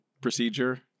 procedure